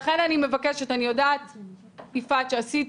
לכן אני מבקשת, אני יודעת, יפעת, שעשית